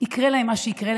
יקרה להם מה שיקרה,